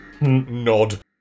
Nod